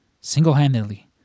single-handedly